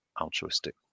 altruistic